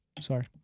Sorry